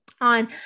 on